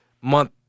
month